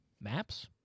maps